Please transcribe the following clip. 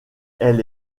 elle